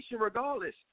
regardless